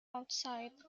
outside